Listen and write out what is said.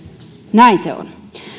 näin se on